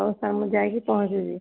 ହଉ ସାର୍ ମୁଁ ଯାଇକି ପହଞ୍ଚିବି